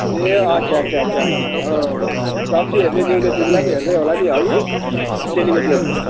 ए अच्छा अच्छा अच्छा सब्जी हेर्ने निहुँले तिमीलाई पनि हेर्दै होला नि हगी चेलीबेटीहरूले